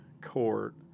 court